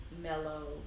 mellow